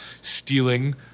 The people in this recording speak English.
stealing